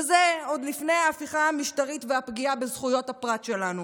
וזה עוד לפני ההפיכה המשטרית והפגיעה בזכויות הפרט שלנו.